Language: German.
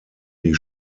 die